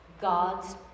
god's